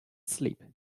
sleep